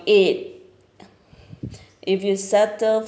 eight if you settle